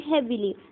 heavily